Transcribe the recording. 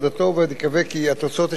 ונקווה כי התוצאות תשקפנה